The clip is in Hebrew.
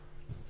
כן.